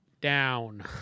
down